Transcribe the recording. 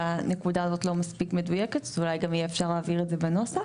שהנקודה הזאת לא מדויקת אז אפשר יהיה גם להבהיר את זה בנוסח.